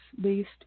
based